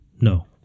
No